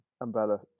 Umbrella